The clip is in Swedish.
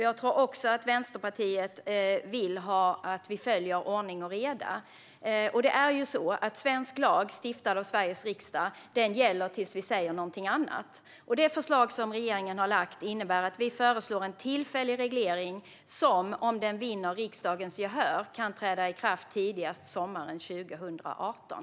Jag tror också att Vänsterpartiet vill att vi har ordning och reda. Det är ju så att svensk lag, stiftad av Sveriges riksdag, gäller tills vi säger någonting annat. Det förslag som regeringen har lagt fram innebär att vi föreslår en tillfällig reglering som, om den vinner riksdagens gehör, kan träda i kraft tidigast sommaren 2018.